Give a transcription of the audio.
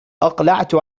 أقلعت